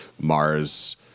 Mars